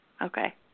Okay